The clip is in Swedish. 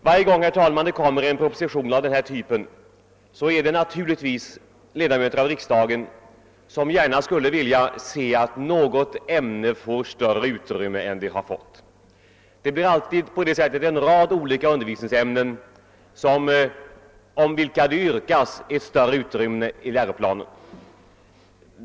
Varje gång som det, herr talman, framläggs en proposition av denna typ finns det naturligtvis ledamöter av riksdagen som gärna skulle vilja se att något ämne fick större utrymme än det har fått. Det leder till yrkanden om större utrymme i läroplanen för en rad olika undervisningsämnen.